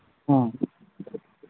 ꯑꯥ